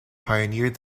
pioneered